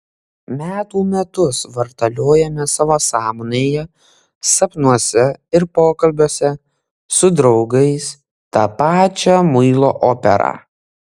metų metus vartaliojame savo sąmonėje sapnuose ir pokalbiuose su draugais tą pačią muilo operą